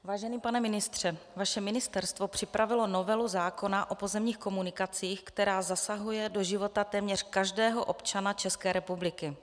Vážený pane ministře, vaše ministerstvo připravilo novelu zákona o pozemních komunikacích, která zasahuje do života téměř každého občana České republiky.